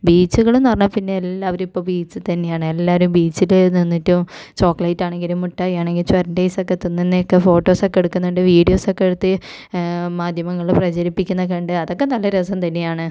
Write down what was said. ബീച്ചുകൾ എന്ന് പറഞ്ഞാൽ പിന്നെ എല്ലാവരും ഇപ്പോൾ ബീച്ചിൽ തന്നെയാണ് എല്ലാവരും ബീച്ചിൽ നിന്നിട്ടും ചോക്ലേറ്റ് ആണെങ്കിലും മിഠായി ആണെങ്കിൽ ചൊരണ്ടീസൊക്കെ തിന്നുന്ന ഒക്കെ ഫോട്ടോസൊക്കെ എടുക്കുന്നുണ്ട് വീഡിയോസൊക്കെ എടുത്ത് മാധ്യമങ്ങളിലൂടെ പ്രചരിപ്പിക്കുന്നതു കണ്ട് അതൊക്കെ നല്ല രസം തന്നെയാണ്